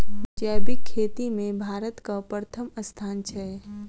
जैबिक खेती मे भारतक परथम स्थान छै